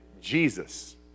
Jesus